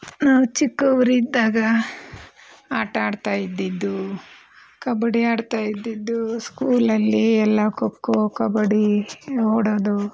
ನಾವು ಚಿಕ್ಕವರಿದ್ದಾಗ ಆಟಾಡ್ತಾಯಿದ್ದಿದ್ದು ಸ್ಕೂಲಲ್ಲಿ ಎಲ್ಲ ಖೋ ಖೋ ಕಬಡ್ಡಿ ನೋಡೋದು